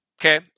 Okay